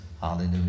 Hallelujah